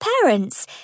Parents